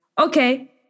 okay